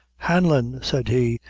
hanlon, said he,